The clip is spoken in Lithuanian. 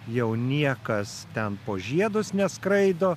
jau niekas ten po žiedus neskraido